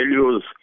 values